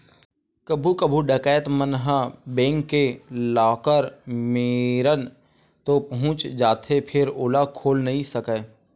कभू कभू डकैत मन ह बेंक के लाकर मेरन तो पहुंच जाथे फेर ओला खोल नइ सकय